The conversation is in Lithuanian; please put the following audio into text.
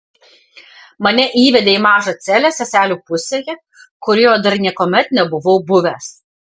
mane įvedė į mažą celę seselių pusėje kurioje dar niekuomet nebuvau buvęs